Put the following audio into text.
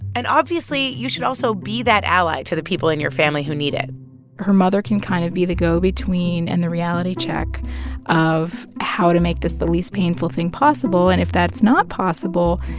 and obviously, you should also be that ally to the people in your family who need it her mother can kind of be the go-between and the reality check of how to make this the least painful thing possible. and if that's not possible,